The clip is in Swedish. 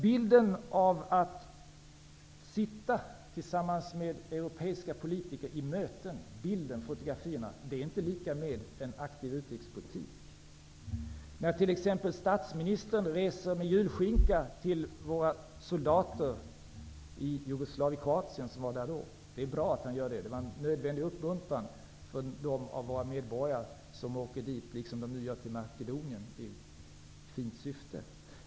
Bilden av att sitta tillsammans med europeiska politiker i möten, är inte lika med en aktiv utrikespolitik. När t.ex. statsministern reste med julskinka till våra soldater som då var i Kroatien, var det bra. Det var en nödvändig uppmuntran för dem av våra medborgare som åkte dit liksom de nya till Makedonien. Det har ett fint syfte.